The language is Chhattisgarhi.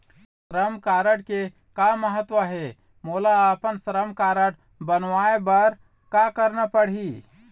श्रम कारड के का महत्व हे, मोला अपन श्रम कारड बनवाए बार का करना पढ़ही?